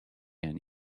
and